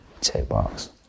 Checkbox